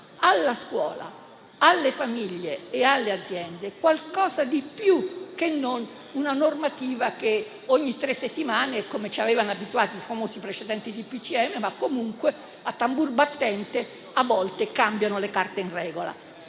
alla scuola, alle famiglie e alle aziende qualcosa di più che non una normativa che ogni tre settimane, come ci avevano abituato i famosi precedenti DPCM, a tambur battente cambia le carte in regola.